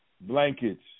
blankets